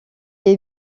est